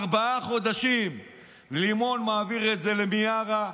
ארבעה חודשים לימון מעביר את זה למיארה,